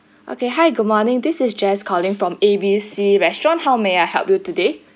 okay hi good morning this is jess calling from A B C restaurant how may I help you today